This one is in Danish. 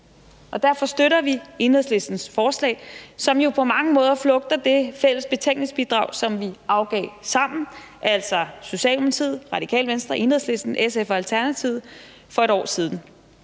derfor støtter vi Enhedslistens forslag, som jo på mange måder flugter det fælles betænkningsbidrag, som vi afgav sammen, altså Socialdemokratiet, Radikale Venstre, Enhedslisten, SF og Alternativet, for et år siden.